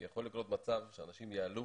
יכול לקרות מצב שאנשים יעלו